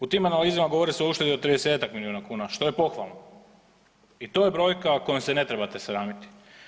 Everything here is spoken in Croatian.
U tim analizama govori se o uštedi o 30-tak milijuna kuna, što je pohvalno i to je brojka kojom se ne trebate sramiti.